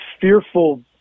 fearful